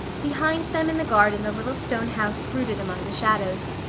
behind them in the garden the little stone house brooded among the shadows.